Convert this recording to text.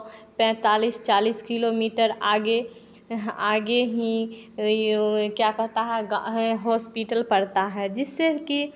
पैंतालीस चालीस kilometre आगे आगे ही यह क्या कहता है है हॉस्पिटल पड़ता है जिससे कि